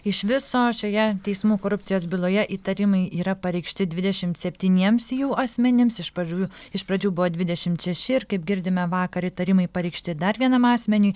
iš viso šioje teismų korupcijos byloje įtarimai yra pareikšti dvidešimt septyniems jau asmenims iš pradžių iš pradžių buvo dvidešimt šeši ir kaip girdime vakar įtarimai pareikšti dar vienam asmeniui